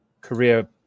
career